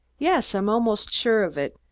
yes! i'm almost sure of it.